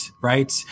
right